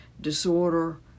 disorder